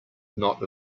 not